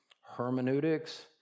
hermeneutics